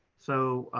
so